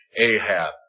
Ahab